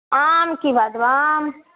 आम की भाव देबय आम